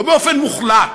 לא באופן מוחלט,